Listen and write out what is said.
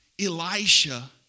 Elisha